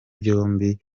byombi